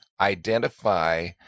identify